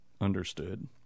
understood